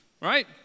right